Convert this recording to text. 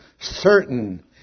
certain